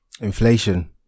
Inflation